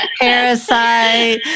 Parasite